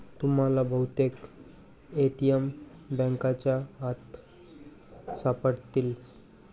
तुम्हाला बहुतेक ए.टी.एम बँकांच्या आत सापडतील